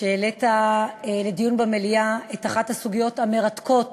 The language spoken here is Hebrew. שהעלה לדיון במליאה את אחת הסוגיות המרתקות